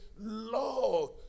Lord